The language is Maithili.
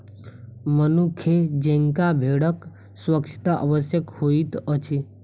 मनुखे जेंका भेड़क स्वच्छता आवश्यक होइत अछि